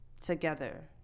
together